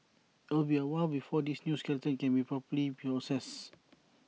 IT will be A while before this new skeleton can be properly processed